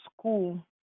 school